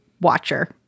watcher